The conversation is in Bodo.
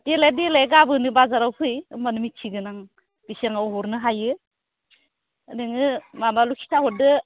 देलाय देलाय गाबोनो बाजाराव फै होमब्लानो मिथिगोन आं बेसाङाव हरनो हायो नोङो माबाल' खिथाहरदो